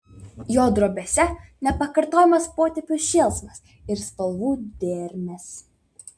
jo drobėse nepakartojamas potėpių šėlsmas ir spalvų dermės